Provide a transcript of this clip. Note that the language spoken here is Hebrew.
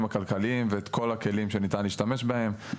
הכלכליים ואת כל הכלים שניתן להשתמש בהם,